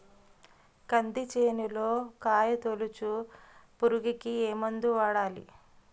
కంది చేనులో కాయతోలుచు పురుగుకి ఏ మందు వాడాలి?